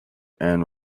and